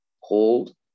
hold